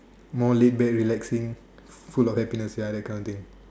more late there relaxing full of happiness ya that kind of thing